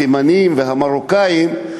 התימנים והמרוקאים,